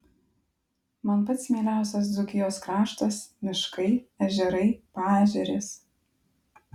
man pats mieliausias dzūkijos kraštas miškai ežerai paežerės